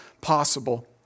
possible